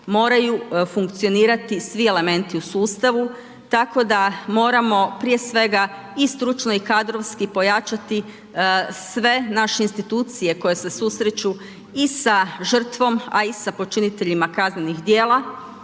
moraju funkcionirati svi elementi u sustavu, tako da moramo prije svega i stručno i kadrovski pojačati sve naše institucije koje se susreću i sa žrtvom, a i sa počiniteljima kaznenih djela,